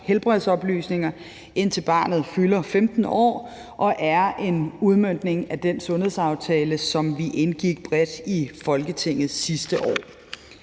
helbredsoplysninger, indtil barnet fylder 15 år, og det er en udmøntning af den sundhedsaftale, som vi indgik bredt i Folketinget sidste år.